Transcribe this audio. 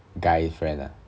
guy friend ah